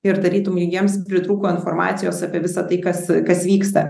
ir tarytum jiems pritrūko informacijos apie visa tai kas kas vyksta